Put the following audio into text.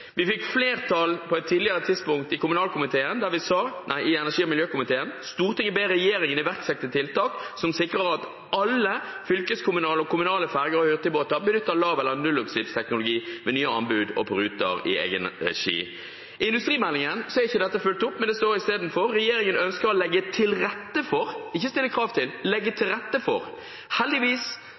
Vi fikk flertall på et tidligere tidspunkt i energi- og miljøkomiteen, der vi sa: «Stortinget ber regjeringen iverksette tiltak som sikrer at alle fylkeskommunale og kommunale ferger og hurtigbåter benytter lav- eller nullutslippsteknologi ved nye anbud og på ruter i egenregi.» I industrimeldingen er ikke dette fulgt opp. Det står i stedet: «Regjeringen ønsker å legge til rette for», ikke «stille krav til». Heldigvis fikk vi flertall – alle partiene bortsett fra Høyre og Fremskrittspartiet – for